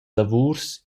lavurs